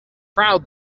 proud